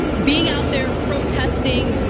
being out there protesting,